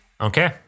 Okay